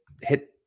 hit